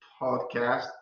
podcast